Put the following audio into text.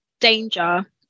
danger